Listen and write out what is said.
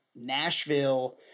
Nashville